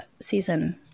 season